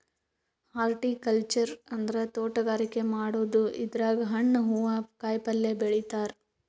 horticulture ಅಂದ್ರ ತೋಟಗಾರಿಕೆ ಮಾಡದು ಇದ್ರಾಗ್ ಹಣ್ಣ್ ಹೂವಾ ಕಾಯಿಪಲ್ಯ ಬೆಳಿತಾರ್